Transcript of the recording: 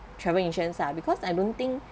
travel insurance lah because I don't think